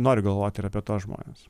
noriu galvoti ir apie tuos žmones